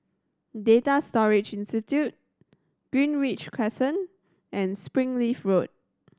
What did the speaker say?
Data Storage Institute Greenridge Crescent and Springleaf Road